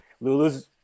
lulu's